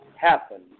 happen